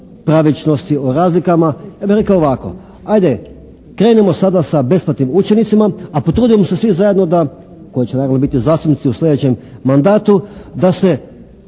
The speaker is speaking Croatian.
pravičnosti, o razlikama. Ja bi rekao ovako. 'ajde, krenimo sada sa besplatnim učenicima a potrudimo se svi zajedno da, koji će naravno biti zastupnici u sljedećem mandatu da se